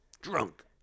Drunk